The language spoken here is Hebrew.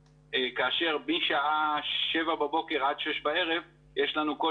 כאשר משעה 7:00 בבוקר עד 18:00 יש לנו כל